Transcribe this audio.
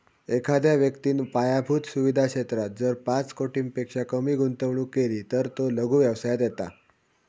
एखाद्या व्यक्तिन पायाभुत सुवीधा क्षेत्रात जर पाच कोटींपेक्षा कमी गुंतवणूक केली तर तो लघु व्यवसायात येता